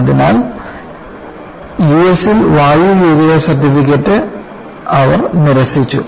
അതിനാൽ US ഇൽ വായു യോഗ്യതാ സർട്ടിഫിക്കറ്റ് അവർ നിരസിച്ചു